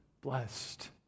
blessed